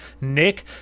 Nick